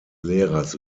lehrers